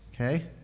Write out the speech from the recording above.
okay